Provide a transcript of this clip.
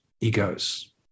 egos